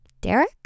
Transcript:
Derek